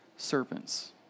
serpents